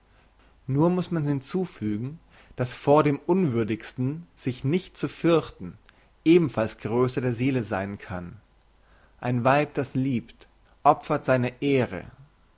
nur muss man hinzufügen dass vor dem unwürdigsten sich nicht zu fürchten ebenfalls grösse der seele sein kann ein weib das liebt opfert seine ehre